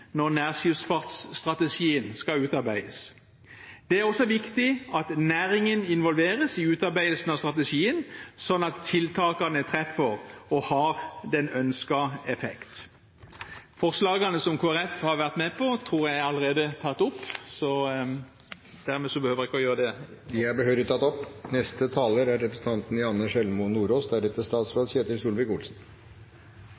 når nærskipsfartsstrategien skal utarbeides. Det er også viktig at næringen involveres i utarbeidelsen av strategien, slik at tiltakene treffer og har den ønskede effekt. Forslagene som Kristelig Folkeparti har vært med på, tror jeg allerede er tatt opp, så dermed behøver jeg ikke å gjøre det. Forslagene er behørig tatt opp. Det er